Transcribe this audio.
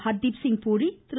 Hardeep Singh puri Thiru